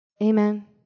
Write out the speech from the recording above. Amen